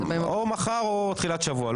או מחר או תחילת שבוע,